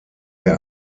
der